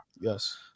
Yes